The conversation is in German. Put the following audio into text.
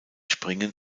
springen